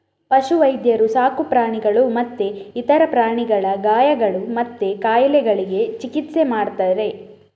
ಪಶು ವೈದ್ಯರು ಸಾಕು ಪ್ರಾಣಿಗಳು ಮತ್ತೆ ಇತರ ಪ್ರಾಣಿಗಳ ಗಾಯಗಳು ಮತ್ತೆ ಕಾಯಿಲೆಗಳಿಗೆ ಚಿಕಿತ್ಸೆ ಮಾಡ್ತಾರೆ